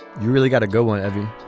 you really got to go on every